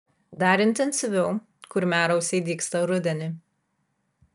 dar intensyviau kurmiarausiai dygsta rudenį